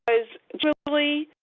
because, generally,